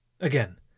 Again